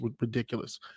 ridiculous